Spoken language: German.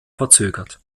verzögert